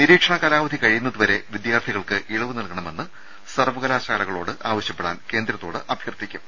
നിരീക്ഷണ കാലാവധി കഴിയുന്നതുവരെ വിദ്യാർത്ഥികൾക്ക് ഇളവ് നൽകണമെന്ന് സർവകലാശാലകളോട് ആവശ്യ പ്പെടാൻ കേന്ദ്രത്തിനോട് അഭ്യർത്ഥിക്കും